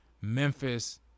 Memphis